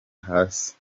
hasi